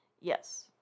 Yes